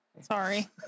Sorry